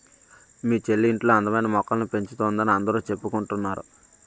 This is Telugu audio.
మీ చెల్లి ఇంట్లో అందమైన మొక్కల్ని పెంచుతోందని అందరూ చెప్పుకుంటున్నారు